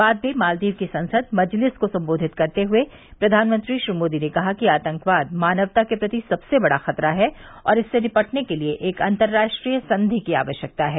बाद में मालदीव की संसद मजलिस को संबोधित करते हुए प्रधानमंत्री श्री मोदी ने कहा कि आतंकवाद मानवता के प्रति सबसे बड़ा खतरा है और इससे निपटने के लिए एक अंतर्राष्ट्रीय संधि की आवश्यकता है